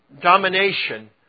domination